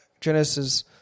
Genesis